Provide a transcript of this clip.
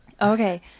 Okay